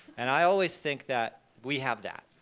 and i always think that we have that.